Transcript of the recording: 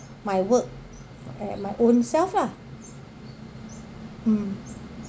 my work at my own self lah mm